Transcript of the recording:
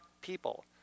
people